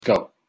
Go